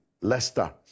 Leicester